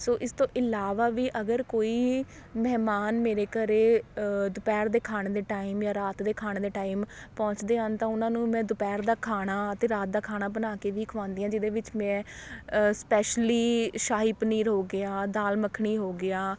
ਸੋ ਇਸ ਤੋਂ ਇਲਾਵਾ ਵੀ ਅਗਰ ਕੋਈ ਮਹਿਮਾਨ ਮੇਰੇ ਘਰ ਦੁਪਹਿਰ ਦੇ ਖਾਣ ਦੇ ਟਾਇਮ ਜਾਂ ਰਾਤ ਦੇ ਖਾਣ ਦੇ ਟਾਇਮ ਪਹੁੰਚਦੇ ਹਨ ਤਾਂ ਉਹਨਾਂ ਨੂੰ ਮੈਂ ਦੁਪਹਿਰ ਦਾ ਖਾਣਾ ਅਤੇ ਰਾਤ ਦਾ ਖਾਣਾ ਬਣਾ ਕੇ ਵੀ ਖਵਾਉਂਦੀ ਹਾਂ ਅਤੇ ਜਿਹਦੇ ਵਿੱਚ ਮੈਂ ਸ਼ਪੈਸ਼ਲੀ ਸ਼ਾਹੀ ਪਨੀਰ ਹੋ ਗਿਆ ਦਾਲ ਮੱਖਣੀ ਹੋ ਗਿਆ